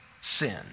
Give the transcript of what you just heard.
sin